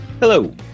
Hello